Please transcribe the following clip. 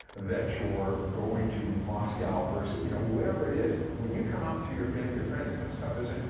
that you are going to moscow vers you know, whatever it is, when you come out to your family or friends, that's tough, isn't it?